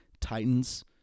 Titans